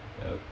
yup